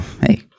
hey